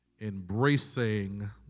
embracing